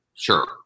Sure